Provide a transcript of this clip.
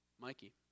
Mikey